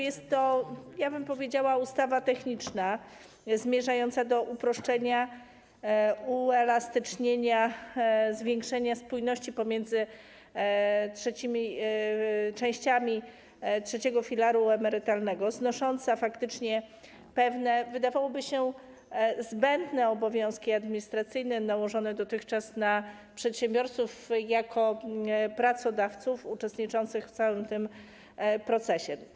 Jest to, powiedziałabym, ustawa techniczna zmierzająca do uproszczenia, uelastycznienia, zwiększenia spójności pomiędzy trzecimi częściami trzeciego filaru emerytalnego, znosząca faktycznie pewne, wydawałoby się, zbędne obowiązki administracyjne nałożone dotychczas na przedsiębiorców jako pracodawców uczestniczących w całym procesie.